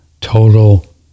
total